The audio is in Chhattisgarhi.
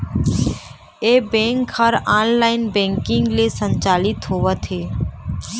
ए बेंक ह ऑनलाईन बैंकिंग ले संचालित होवत हे